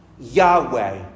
Yahweh